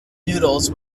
noodles